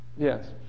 Yes